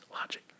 Logic